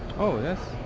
oh, that's.